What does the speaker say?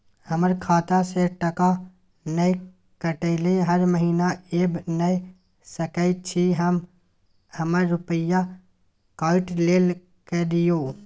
हमर खाता से टका नय कटलै हर महीना ऐब नय सकै छी हम हमर रुपिया काइट लेल करियौ?